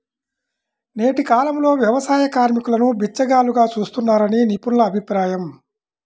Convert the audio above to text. నేటి కాలంలో వ్యవసాయ కార్మికులను బిచ్చగాళ్లుగా చూస్తున్నారని నిపుణుల అభిప్రాయం